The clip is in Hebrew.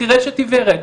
מחרשת עיוורת,